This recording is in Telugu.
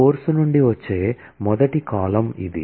కోర్సు నుండి వచ్చే మొదటి కాలమ్ ఇది